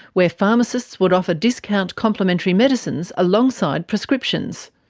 where pharmacists would offer discount complementary medicines alongside prescriptions.